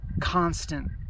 constant